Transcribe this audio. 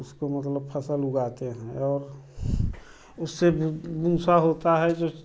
उसको मतलब फसल उगाते हैं और उससे भूंसा होता है जो